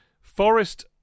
Forest